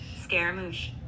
scaramouche